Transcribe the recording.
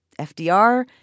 FDR